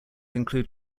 include